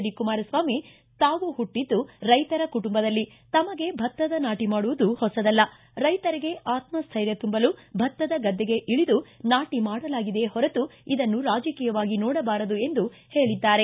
D Kumaraswamy ತಾವು ಹುಟ್ಟದ್ದು ರೈತರ ಕುಟುಂಬದಲ್ಲಿ ತಮಗೆ ಭತ್ತದ ನಾಟಿ ಮಾಡುವುದು ಹೊಸದಲ್ಲ ರೈತರಿಗೆ ಆತ್ಸ್ಟ್ವೆರ್ಯ ತುಂಬಲು ಭತ್ತದ ಗದ್ದೆಗೆ ಇಳದು ನಾಟಿ ಮಾಡಲಾಗಿದೆಯೇ ಹೊರತು ಇದನ್ನು ರಾಜಕೀಯವಾಗಿ ನೋಡಬಾರದು ಎಂದು ಹೇಳಿದ್ದಾರೆ